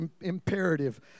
imperative